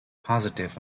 positive